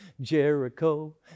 Jericho